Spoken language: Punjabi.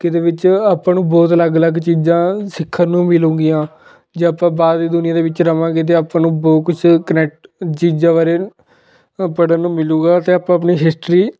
ਕਿ ਇਹਦੇ ਵਿੱਚ ਆਪਾਂ ਨੂੰ ਬਹੁਤ ਅਲੱਗ ਅਲੱਗ ਚੀਜ਼ਾਂ ਸਿੱਖਣ ਨੂੰ ਮਿਲੂਗੀਆਂ ਜੇ ਆਪਾਂ ਬਾਹਰ ਦੀ ਦੁਨੀਆਂ ਦੇ ਵਿੱਚ ਰਵਾਂਗੇ ਅਤੇ ਆਪਾਂ ਨੂੰ ਬਹੁਤ ਕੁਛ ਕਨੈਕਟ ਚੀਜ਼ਾਂ ਬਾਰੇ ਪੜ੍ਹਨ ਨੂੰ ਮਿਲੇਗਾ ਅਤੇ ਆਪਾਂ ਆਪਣੀ ਹਿਸਟਰੀ